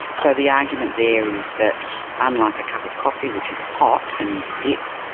so the argument there is that unlike a cup of coffee, which is hot and you sip,